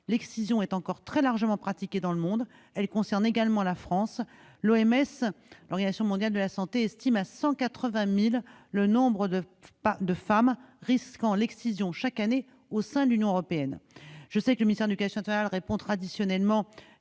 L'excision est encore très largement pratiquée dans le monde et concerne également la France : l'Organisation mondiale de la santé estime à 180 000 le nombre de femmes risquant l'excision chaque année au sein de l'Union européenne. Je sais que le ministère de l'éducation nationale et